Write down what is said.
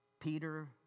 Peter